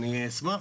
אני אשמח.